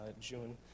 June